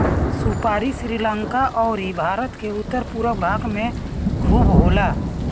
सुपारी श्रीलंका अउरी भारत के उत्तर पूरब भाग में खूब होला